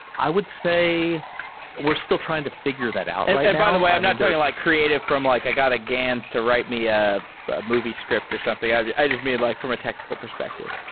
i would say we're still trying to fi gure that out right now and by the way, i'm not telling like creative from like, i got a gans to write me ah a movie script or something. i i just mean like from a technical perspective.